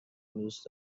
دوست